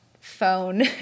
phone